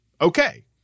okay